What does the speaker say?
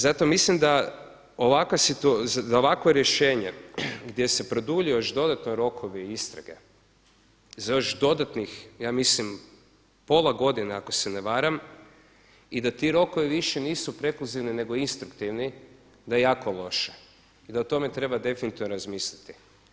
Zato mislim da za ovakvo rješenje gdje se produljuju još dodatno rokovi istrage za još dodatnih ja mislim pola godine ako se ne varam i da ti rokovi više nisu prekluzivni, nego instruktivni da je jako loše i da o tome treba definitivno razmisliti.